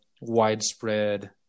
widespread